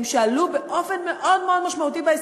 שההישגים שלהם עלו באופן מאוד מאוד משמעותי.